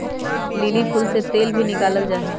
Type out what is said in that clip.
lily फूल से तेल भी निकाला जाहई